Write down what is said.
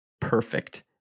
perfect